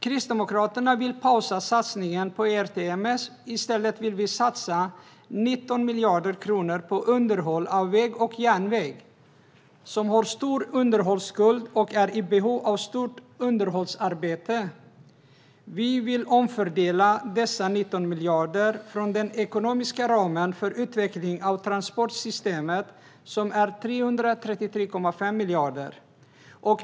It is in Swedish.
Kristdemokraterna vill pausa satsningen på ERTMS, herr talman. I stället vill vi satsa 19 miljarder kronor på underhåll av väg och järnväg som har en stor underhållsskuld och är i behov av stort underhållsarbete. Vi vill omfördela dessa 19 miljarder från den ekonomiska ramen för utveckling av transportsystemet, som omfattar 333,5 miljarder.